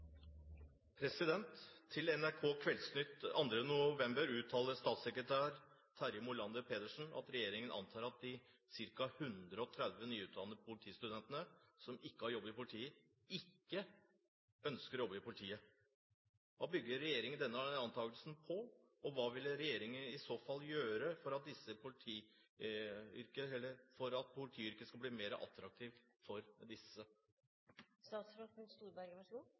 NRK Kveldsnytt 2. november uttaler statssekretær Terje Moland Pedersen at regjeringen antar at de ca. 130 nyutdannede politistudentene som ikke har jobb i politiet, ikke ønsker å jobbe i politiet. Hva bygger regjeringen denne antakelsen på, og hva vil regjeringen i så fall gjøre for at politiyrket skal bli mer attraktivt for